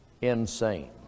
insane